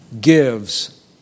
gives